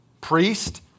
priest